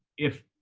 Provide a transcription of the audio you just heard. if,